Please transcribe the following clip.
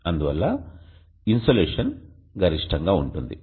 అందువల్ల ఇన్సోలేషన్ గరిష్టంగా ఉంటుంది